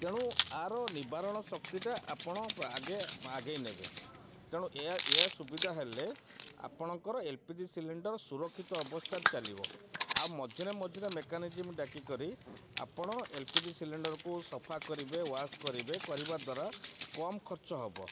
ତେଣୁ ଆର ନିବାରଣ ଶକ୍ତିଟା ଆପଣ ଆଗେ ଆଗେଇ ନେବେ ତେଣୁ ଏଇ ଏଇ ସୁବିଧା ହେଲେ ଆପଣଙ୍କର ଏଲ୍ପିଜି ସିଲିଣ୍ଡର୍ ସୁରକ୍ଷିତ ଅବସ୍ଥାରେ ଚାଲିବ ଆଉ ମଧ୍ୟରେ ମଝିରେ ମେକାନିକ୍ ଡାକିକରି ଆପଣ ଏଲ୍ପିଜି ସିଲିଣ୍ଡର୍କୁ ସଫା କରିବେ ୱାଶ୍ କରିବେ କରିବା ଦ୍ୱାରା କମ୍ ଖର୍ଚ୍ଚ ହେବ